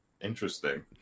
interesting